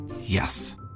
Yes